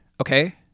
okay